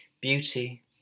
beauty